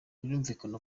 birumvikana